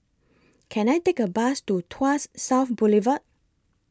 Can I Take A Bus to Tuas South Boulevard